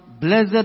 blessed